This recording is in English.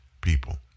people